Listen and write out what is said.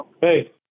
Hey